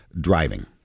driving